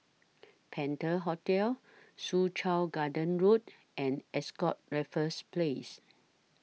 Penta Hotel Soo Chow Garden Road and Ascott Raffles Place